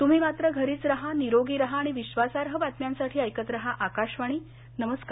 तुम्ही मात्र घरीच राहा निरोगी राहा आणि विश्वासार्ह बातम्यांसाठी ऐकत राहा आकाशवाणी नमस्कार